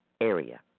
area